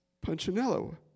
Punchinello